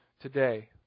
today